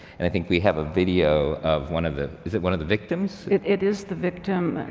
and i think we have a video of one of the, is it one of the victims? it it is the victim.